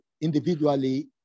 individually